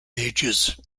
ages